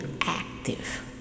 active